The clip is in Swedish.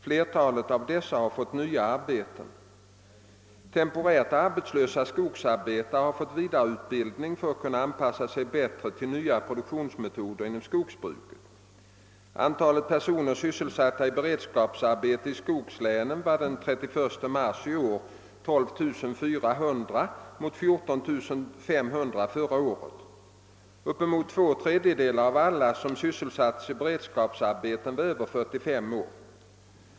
Flertalet av dessa har fått nya arbeten. Temporärt arbetslösa skogsarbetare har fått vidareutbildning för att kunna anpassa sig bättre till nya produktionsmetoder inom skogsbruket. Antalet personer SyS selsatta i beredskapsarbeten i skogslänen var den 31 mars i år 12 400 mot 14 500 förra året. Uppemot två tredjedelar av alla som sysselsattes i beredskapsarbeten var över 45 år.